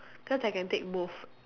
cause I can take both